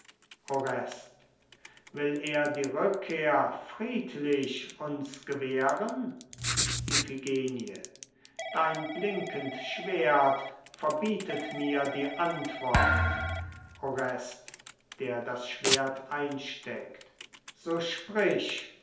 will er die rückkehr friedlich uns gewähren iphigenie dein blinkend schwert verbietet mir die antwort orest der das schwert einsteckt so sprich